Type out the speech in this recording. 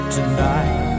Tonight